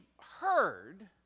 heard